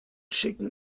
schicken